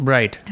Right